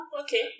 okay